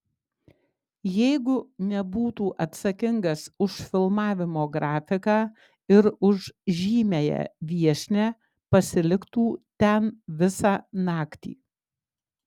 jeigu nebūtų atsakingas už filmavimo grafiką ir už žymiąją viešnią pasiliktų ten visą naktį